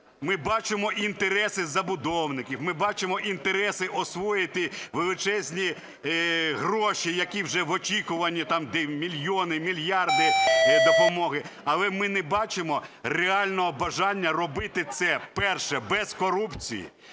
ми бачимо інтереси забудовників, ми бачимо інтереси освоїти величезні гроші, які вже в очікуванні, де мільйони, мільярди допомоги, але ми не бачимо реального бажання робити це: перше – без корупції,